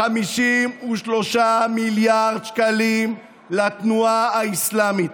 53 מיליארד שקלים לתנועה האסלאמית.